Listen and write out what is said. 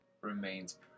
remains